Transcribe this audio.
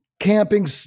Camping